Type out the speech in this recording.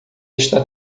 está